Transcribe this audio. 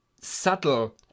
subtle